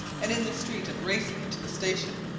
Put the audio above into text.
and in the street and racing into the station,